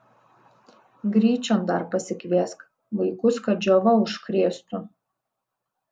gryčion dar pasikviesk vaikus kad džiova užkrėstų